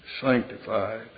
sanctified